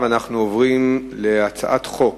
להעביר את הצעת החוק